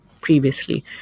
previously